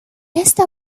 esta